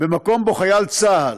במקום שבו חייל צה"ל,